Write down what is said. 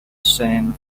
sand